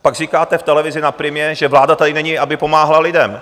Pak říkáte v televizi na Primě, že vláda tady není, aby pomáhala lidem.